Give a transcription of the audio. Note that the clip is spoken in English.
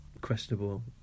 questionable